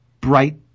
bright